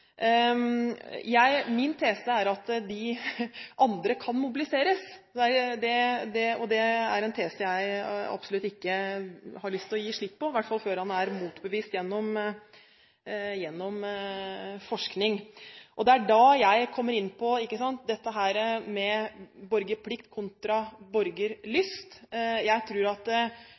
Min tese er at de andre kan mobiliseres, og det er en tese jeg absolutt ikke har lyst til å gi slipp på, i hvert fall ikke før den er motbevist gjennom forskning. Det er da jeg kommer inn på dette med borgerplikt kontra borgerlyst. Jeg tror at